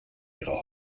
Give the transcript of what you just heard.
ihrer